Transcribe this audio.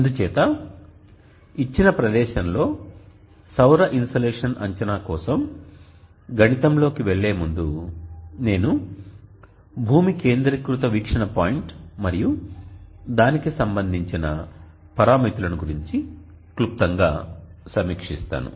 అందుచేత ఇచ్చిన ప్రదేశంలో సౌర ఇన్సోలేషన్ అంచనా కోసం గణితంలోకి వెళ్లే ముందు నేను భూమి కేంద్రీకృత వీక్షణ పాయింట్ మరియు దానికి సంబంధించిన పరామితులను గురించి క్లుప్తంగా సమీక్షిస్తాను